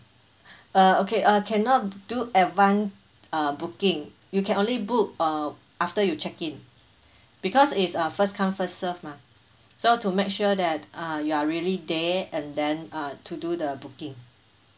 uh okay uh cannot do advance uh booking you can only book uh after you check in because it's uh first come first serve mah so to make sure that uh you are really there and then uh to do the booking